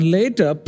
later